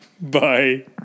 Bye